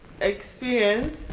experience